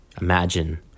Imagine